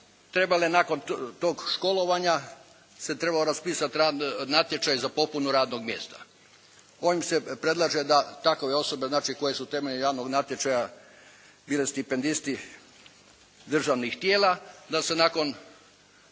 trebale nakon tog školovanja se trebao raspisati natječaj za popunu radnog mjesta kojim se predlaže da takove osobe, znači koje su temeljem javnog natječaja bili stipendisti državnih tijela da se nakon